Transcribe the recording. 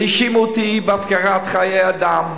והאשימו אותי בהפקרת חיי אדם.